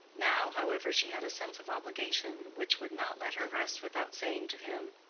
now, however, she had a sense of obligation which would not let her rest without saying to him,